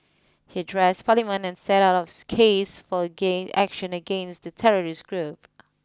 he addressed Parliament and set out his case for gain action against the terrorist group